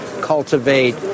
cultivate